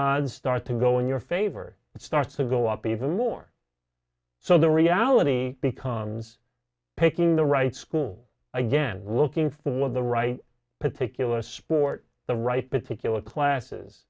odds start to go in your favor it starts to go up even more so the reality becomes picking the right school again looking for the right particular sport the right particular classes